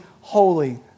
holy